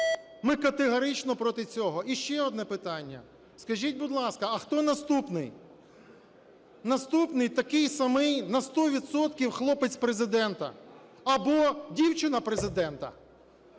Ми категорично проти цього. І ще одне питання. Скажіть, будь ласка, а хто наступний? Наступний - такий самий на 100 відсотків хлопець Президента або дівчина Президента.